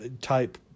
type